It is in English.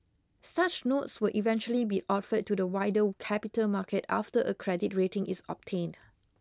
such notes will eventually be offered to the wider capital market after a credit rating is obtained